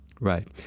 Right